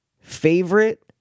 favorite